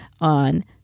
on